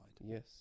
Yes